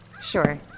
Sure